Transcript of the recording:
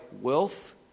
wealth